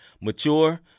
mature